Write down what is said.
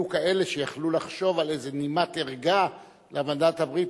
היו כאלה שהיו יכולים לחשוב על איזה נימת ערגה למנדט הבריטי,